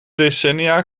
decennia